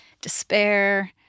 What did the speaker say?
despair